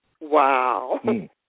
Wow